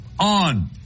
On